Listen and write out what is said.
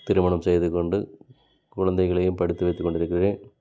திருமணம் செய்து கொண்டு குழந்தைகளையும் படித்து வைத்து கொண்டிருக்கிறேன்